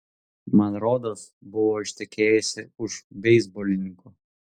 man rodos buvo ištekėjusi už beisbolininko